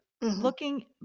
looking